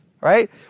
right